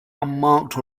unmarked